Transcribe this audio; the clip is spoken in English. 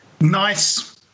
Nice